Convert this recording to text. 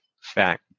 fact